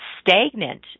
stagnant